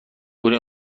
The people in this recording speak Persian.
کنی